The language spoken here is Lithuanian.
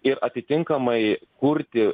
ir atitinkamai kurti